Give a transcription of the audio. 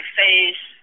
face